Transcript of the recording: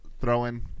throwing